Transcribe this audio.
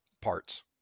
parts